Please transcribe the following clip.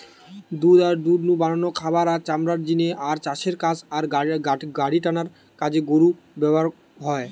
দুধ আর দুধ নু বানানো খাবার, আর চামড়ার জিনে আর চাষের কাজ আর গাড়িটানার কাজে গরু ব্যাভার হয়